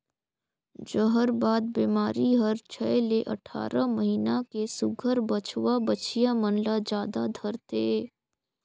जहरबाद बेमारी हर छै ले अठारह महीना के सुग्घर बछवा बछिया मन ल जादा धरथे